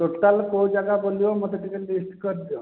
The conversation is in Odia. ଟୋଟାଲ୍ କୋଉ ଜାଗା ବୁଲିବ ମୋତେ ଟିକେ ଲିଷ୍ଟ୍ କରିଦିଅ